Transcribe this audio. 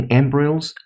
embryos